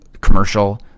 commercial